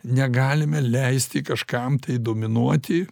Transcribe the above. negalime leisti kažkam tai dominuoti